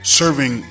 serving